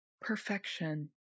perfection